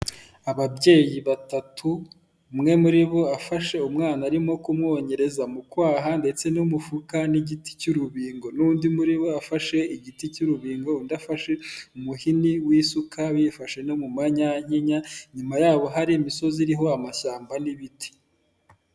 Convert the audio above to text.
Ababyeyi batatu, umwe muri bo afashe umwana arimo kumwonyereza mu kwaha ndetse n'umufuka n'igiti cy'urubingo, n'undi muri bo wafashe igiti cy'urubingo, undi afashe umuhini w'isuka, bifashe no mu manyankenya, inyuma yabo hari imisozi iriho amashyamba n'ibiti.